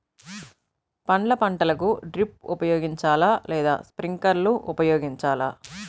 పండ్ల పంటలకు డ్రిప్ ఉపయోగించాలా లేదా స్ప్రింక్లర్ ఉపయోగించాలా?